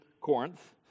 Corinth